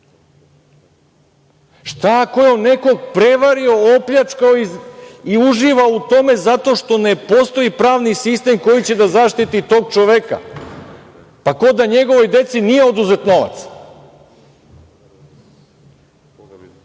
Šta ako je nekog prevario, opljačkao i uživa u tome zato što ne postoji pravni sistem koji će da zaštiti tog čoveka? Pa, kao da njegovoj deci nije oduzet